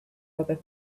other